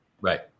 Right